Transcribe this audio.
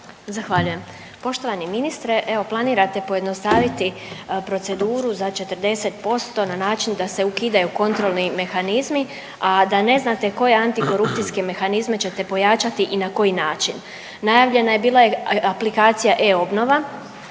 Zahvaljujem. Poštovani ministre, evo planirate pojednostaviti proceduru za 40% na način da se ukidaju kontrolni mehanizmi, a da ne znate koje antikorupcijske mehanizme ćete pojačati i na koji način. Najavljena je bila i aplikacija e-Obnova,